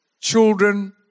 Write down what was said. children